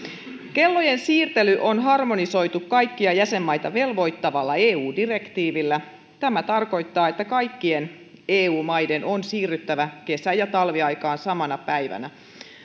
kellojen siirtely on harmonisoitu kaikkia jäsenmaita velvoittavalla eu direktiivillä tämä tarkoittaa että kaikkien eu maiden on siirryttävä kesä ja talviaikaan samana päivänä